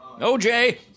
OJ